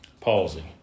palsy